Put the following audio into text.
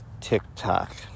TikTok